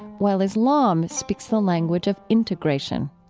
while islam speaks the language of integration.